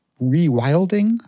rewilding